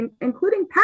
including